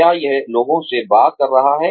क्या यह लोगों से बात कर रहा है